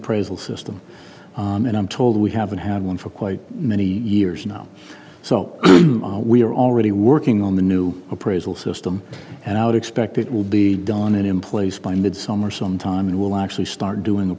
appraisal system and i'm told we haven't had one for quite many years now so we are already working on the new appraisal system and i would expect it will be done in place by mid summer some time and we'll actually start doing